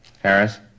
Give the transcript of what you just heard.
Harris